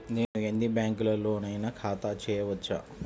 నేను ఎన్ని బ్యాంకులలోనైనా ఖాతా చేయవచ్చా?